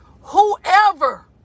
whoever